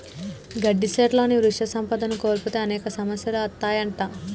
గట్టి సెట్లుని వృక్ష సంపదను కోల్పోతే అనేక సమస్యలు అత్తాయంట